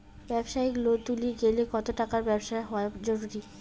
ব্যবসায়িক লোন তুলির গেলে কতো টাকার ব্যবসা হওয়া জরুরি?